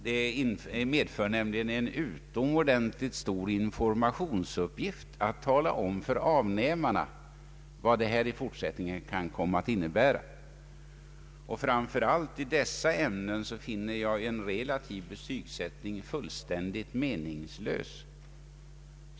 Det innebär nämligen en utomordentligt stor informationsuppgift att tala om för avnämarna vad deta i fortsättningen kan komma att innebära. Framför allt i dessa ämnen finner jag en relativ betygsättning fullständigt meningslös.